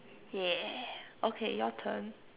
yeah okay your turn